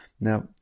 Now